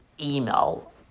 email